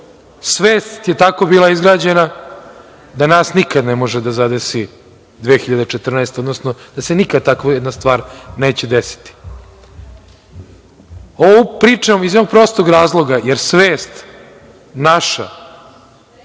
svest je tako bila izgrađena da nas nikada ne može da zadesi 2014. godina, odnosno da se nikad takva jedna stvar neće desiti. Ovo pričam iz jednog prostog razloga, jer svest naša